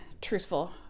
truthful